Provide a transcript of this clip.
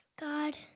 God